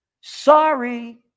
Sorry